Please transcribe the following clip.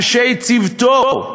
אנשי צוותו.